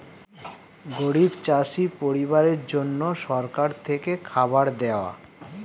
গরিব চাষি পরিবারের জন্য সরকার থেকে খাবার দেওয়া